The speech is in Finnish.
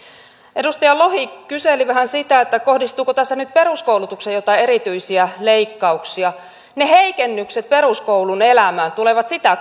edustaja lohi kyseli vähän siitä kohdistuuko tässä nyt peruskoulutukseen jotain erityisiä leikkauksia ne heikennykset peruskoulun elämään tulevat sitä